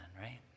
right